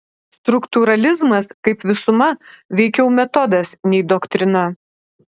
struktūralizmas kaip visuma veikiau metodas nei doktrina